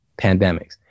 pandemics